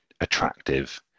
attractive